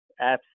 apps